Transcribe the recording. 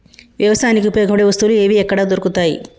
వ్యవసాయానికి ఉపయోగపడే వస్తువులు ఏవి ఎక్కడ దొరుకుతాయి?